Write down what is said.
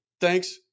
thanks